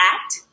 act